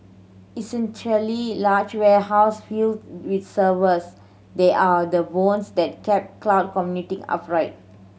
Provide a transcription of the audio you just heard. essentially large warehouse filled with servers they are the bones that keep cloud computing upright